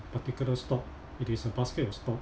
particular stock it is a basket of stock